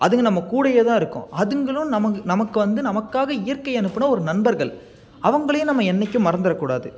அதுங்க நம்ம கூடவே தான் இருக்கும் அதுங்களும் நமக்கு வந்து நமக்காக இயற்கை அனுப்பின ஒரு நண்பர்கள் அவங்களையும் நம்ம என்னைக்கும் மறந்துவிட கூடாது